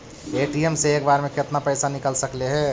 ATM से एक बार मे केतना पैसा निकल सकले हे?